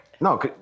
No